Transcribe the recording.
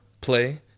play